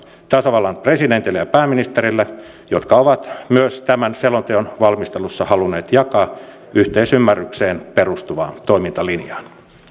tasavallan presidentille ja pääministerille jotka ovat myös tämän selonteon valmistelussa halunneet jatkaa yhteisymmärrykseen perustuvaa toimintalinjaa